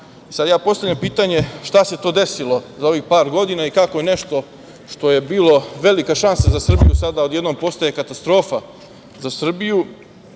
ja postavljam pitanje šta se tu desilo za ovih par godina i kako je nešto što je bilo velika šansa za Srbiju sada odjednom postaje katastrofa za Srbiju,